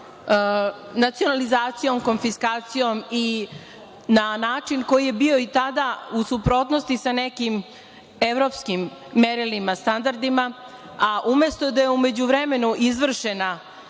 nacionalizacijom konfiskacijom i na način koji je bio tada u suprotnosti sa nekim evropskim merama, standardima, a umesto da je u međuvremenu izvršena